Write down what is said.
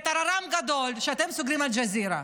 בטררם גדול, שאתם סוגרים את אל-ג'זירה.